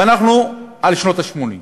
ואנחנו על שנות ה-80.